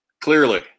Clearly